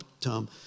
Tom